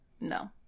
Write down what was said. No